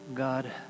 God